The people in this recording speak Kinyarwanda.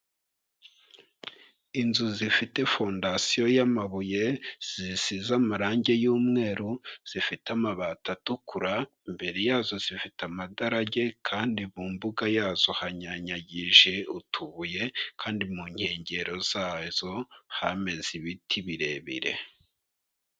Inzu zifite fondasiyo y'amabuye, zisize amarangi y'umweru, zifite amabati atukura, imbere yazo zifite amadarage kandi mu mbuga yazo hanyanyagije utubuye kandi mu nkengero zazo hameze ibiti birebire.